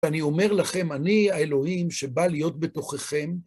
אני אומר לכם, אני האלוהים שבא להיות בתוככם,